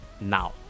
Now